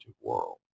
world